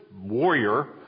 warrior